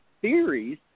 theories